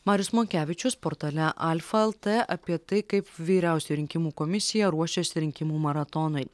marius monkevičius portale alfa lt apie tai kaip vyriausioji rinkimų komisija ruošiasi rinkimų maratonui